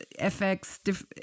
FX